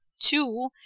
two